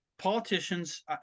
Politicians